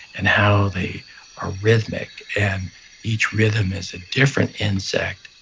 and how they are rhythmic and each rhythm is a different insect,